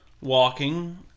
walking